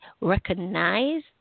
recognize